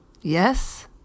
Yes